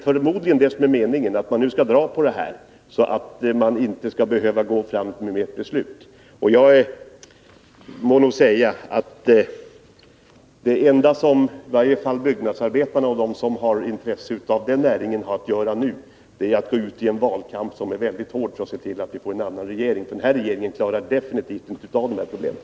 Förmodligen är det meningen att man skall dra på det här, så att det inte blir nödvändigt med något beslut. Det enda som byggnadsarbetarna och de som över huvud taget har intresse för byggnadsnäringen har att göra nu är att gå ut i en mycket hård kamp för att se till att det blir en annan regering, för den här regeringen klarar definitivt inte av problemen.